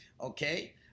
Okay